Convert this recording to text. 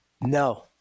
No